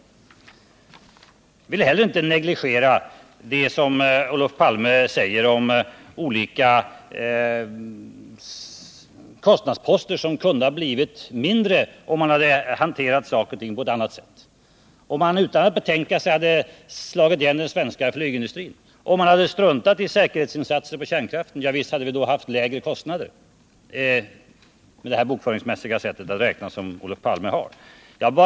Jag vill inte heller negligera det Olof Palme säger om att olika kostnadsposter kunde ha blivit mindre, om saker och ting hade hanterats på ett annat sätt. Om man utan att tänka sig för t.ex. hade slagit igen den svenska flygindustrin och om man hade struntat i de säkerhetsinsatser för kärnkraften som ni taxerat till 800 milj.kr., hade vi helt visst haft lägre kostnader, i varje fall enligt Olof Palmes sätt att räkna.